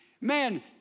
Man